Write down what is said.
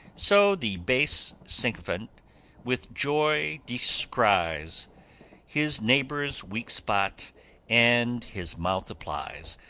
so the base sycophant with joy descries his neighbor's weak spot and his mouth applies,